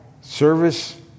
Service